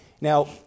Now